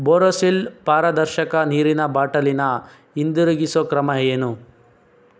ಬೋರೋಸಿಲ್ ಪಾರದರ್ಶಕ ನೀರಿನ ಬಾಟಲಿನ ಹಿಂದಿರುಗಿಸೊ ಕ್ರಮ ಏನು